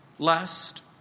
Lest